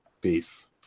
Peace